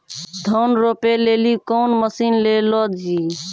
धान रोपे लिली कौन मसीन ले लो जी?